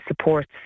supports